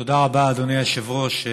תודה רבה, אדוני היושב-ראש.